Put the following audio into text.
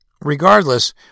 Regardless